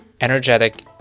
energetic